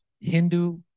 Hindu